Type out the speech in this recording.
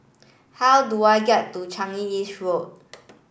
how do I get to Changi East Road